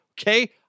okay